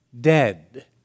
dead